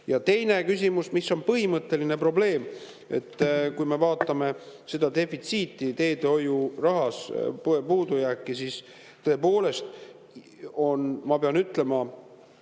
Ja teine küsimus, mis on põhimõtteline probleem. Kui me vaatame seda defitsiiti – teedehoiuraha puudujääki tõepoolest on –, siis ma pean ütlema,